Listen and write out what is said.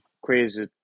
crazy